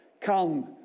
Come